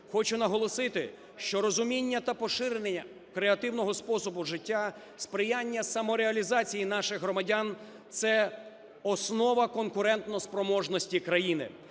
хочу наголосити, що розуміння та поширення креативного способу життя, сприяння самореалізації наших громадян – це основа конкурентоспроможності країни,